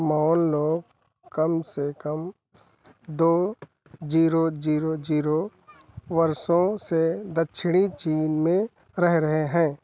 मोन लोग कम से कम दो जीरो जीरो जीरो वर्षों से दक्षिणी चीन में रह रहे हैं